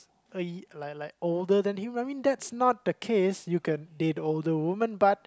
a like like older than him I mean that's not the case you can date older women but